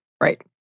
Right